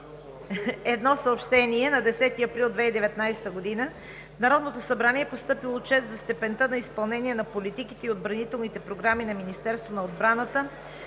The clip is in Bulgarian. Съобщение: На 10 април 2019 г. в Народното събрание е постъпил Отчет за степента на изпълнение на политиките и отбранителните програми на Министерството на отбраната,